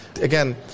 again